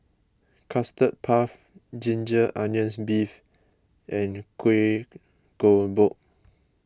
Custard Puff Ginger Onions Beef and Kueh Kodok